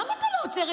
למה אתה לא עוצר,